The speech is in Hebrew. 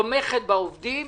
תומכת בעובדים,